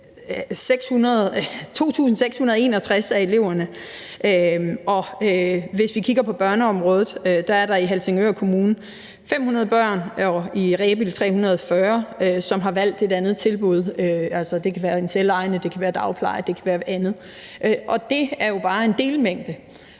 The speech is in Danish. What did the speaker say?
2.661 af eleverne. Og hvis vi kigger på børneområdet, er der i Helsingør Kommune 500 børn og i Rebild Kommune 340, som har valgt et andet tilbud – altså, det kan være en selvejende institution, det kan være dagpleje, det kan være andet. Og det er jo bare en delmængde.